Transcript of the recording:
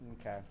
Okay